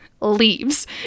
leaves